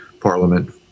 Parliament